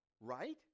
right